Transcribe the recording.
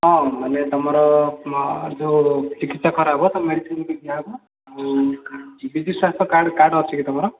ହଁ ମାନେ ତମର ଯେଉଁ ଚିକିତ୍ସା କରାହବ ତ ମେଡିସିନ୍ ବି ଦିଆହବ ଆଉ ବିଜୁ ସ୍ୱାସ୍ଥ୍ୟ କାର୍ଡ଼ କାର୍ଡ଼ ଅଛି କି ତମର